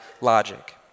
logic